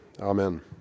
Amen